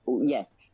yes